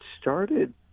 started